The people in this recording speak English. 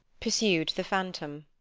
pursued the phantom.